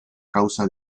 causa